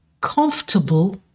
comfortable